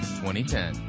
2010